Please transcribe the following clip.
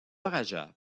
raja